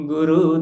Guru